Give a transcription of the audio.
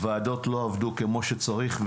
הוועדות לא עבדו כמו שצריך,